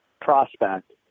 prospect